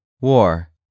War